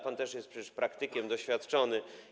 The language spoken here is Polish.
Pan też jest przecież praktykiem, doświadczony.